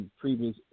previous